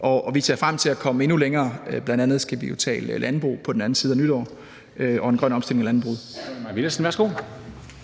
Og vi ser frem til at komme endnu længere. Bl.a. skal vi jo tale landbrug på den anden side af nytår – en grøn omstilling af landbruget.